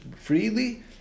freely